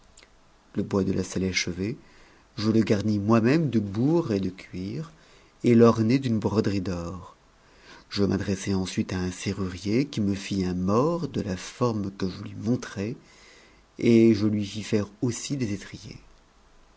le bois de la selle achevé je le garnis mo même de bourre et de cuir et l'ornai d'une broderie d'or je m'adt'f'ss i ensuite à un serrurier qui me fit un mors de la forme que je lui mont et je lui fis faire aussi des